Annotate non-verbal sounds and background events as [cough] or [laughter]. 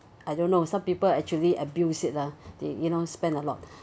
I don't know some people actually abuse it ah [breath] they you know spend a lot